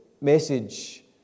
message